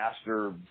master